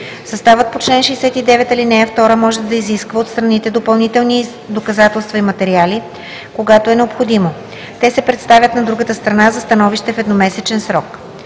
Съставът по чл. 69, ал. 2 може да изисква от страните допълнителни доказателства и материали, когато е необходимо. Те се представят на другата страна за становище в едномесечен срок.